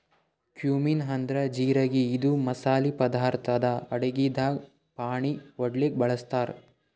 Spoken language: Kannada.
ಕ್ಯೂಮಿನ್ ಅಂದ್ರ ಜಿರಗಿ ಇದು ಮಸಾಲಿ ಪದಾರ್ಥ್ ಅದಾ ಅಡಗಿದಾಗ್ ಫಾಣೆ ಹೊಡ್ಲಿಕ್ ಬಳಸ್ತಾರ್